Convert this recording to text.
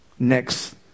Next